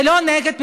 זה לא נגד הממשלה.